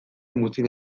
muzin